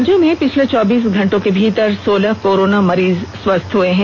राज्य में पिछले चौबीस घंटे के भीतर सोलह कोरोना मरीज स्वस्थ हए हैं